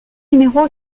numéro